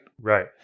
Right